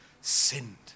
sinned